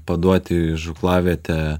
paduoti į žūklavietę